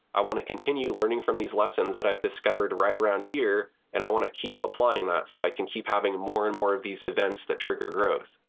i want to continue learning from these lessons that i've discovered right around here, and i want to keep applying that so i can keep having more and more of these events that trigger growth.